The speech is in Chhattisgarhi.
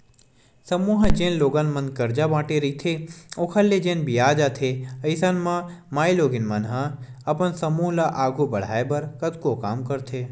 समूह ह जेन लोगन मन करजा बांटे रहिथे ओखर ले जेन बियाज आथे अइसन म मारकेटिंग मन अपन समूह ल आघू बड़हाय बर कतको काम करथे